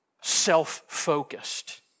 self-focused